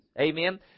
Amen